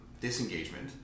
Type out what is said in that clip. disengagement